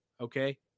Okay